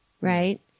Right